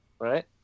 right